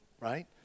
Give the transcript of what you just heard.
right